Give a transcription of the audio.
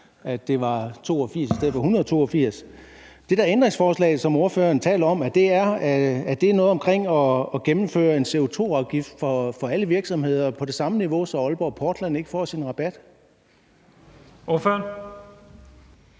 at det var L 82 i stedet for L 182. Er det ændringsforslag, som ordføreren taler om, noget omkring at gennemføre en CO2-afgift for alle virksomheder og på det samme niveau, så Aalborg Portland ikke får sin rabat? Kl.